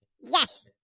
Yes